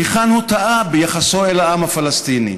היכן הוא טעה ביחסו אל העם הפלסטיני.